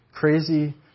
Crazy